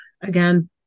again